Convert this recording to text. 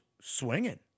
swinging